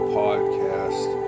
podcast